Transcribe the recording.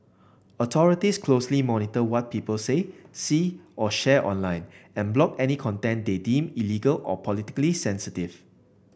authorities closely monitor what people say see or share online and block any content they deem illegal or politically sensitive